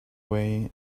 way